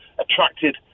attracted